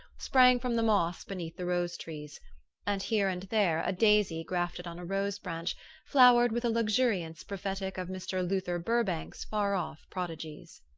sprang from the moss beneath the rose-trees and here and there a daisy grafted on a rose-branch flowered with a luxuriance prophetic of mr. luther burbank's far-off prodigies.